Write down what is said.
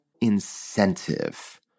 incentive